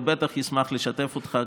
הוא בטח ישמח לשתף אותך.